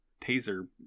taser